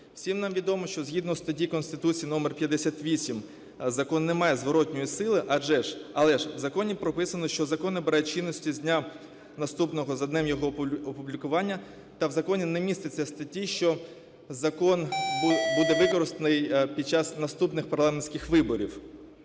Всім нам відомо, що згідно статті Конституції номер 58 закон не має зворотної сили, але ж в законі прописано, що закон набирає чинності з дня, наступного за днем його опублікування, та в законі не міститься статті, що закон буде використаний під час наступних парламентських виборів.